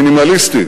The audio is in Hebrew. המינימליסטיות